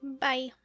Bye